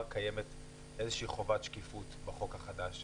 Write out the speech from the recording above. קיימת איזושהי חובת שקיפות בחוק החדש.